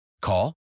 Call